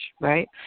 right